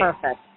perfect